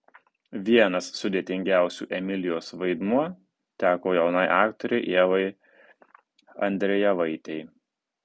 vienas sudėtingiausių emilijos vaidmuo teko jaunai aktorei ievai andrejevaitei